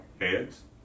Heads